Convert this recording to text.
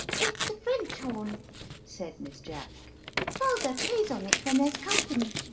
it's a french horn said miss jack father plays on it when there's company.